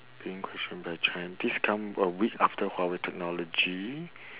this come uh with huawei technology